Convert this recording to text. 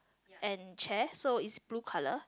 and chairs so is blue colour